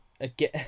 Again